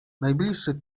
najbliższy